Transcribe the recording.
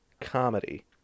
Comedy